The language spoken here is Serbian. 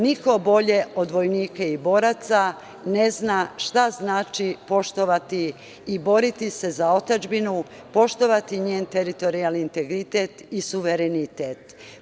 Niko bolje od vojnika i boraca ne zna šta znači poštovati i boriti se za otadžbinu, poštovati njen teritorijalni integritet i suverenitet.